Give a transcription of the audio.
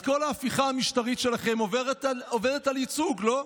אז כל ההפיכה המשטרית שלכם עובדת על ייצוג, לא?